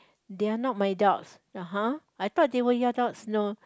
they are not my dogs !huh! I thought they were your dogs no